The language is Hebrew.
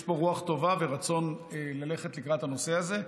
יש פה רוח טובה ורצון ללכת לקראת הנושא הזה.